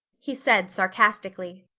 he said sarcastically.